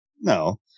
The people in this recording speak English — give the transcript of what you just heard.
No